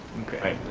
okay.